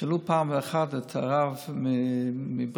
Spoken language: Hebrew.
שאלו פעם אחת את הרב מבריסק: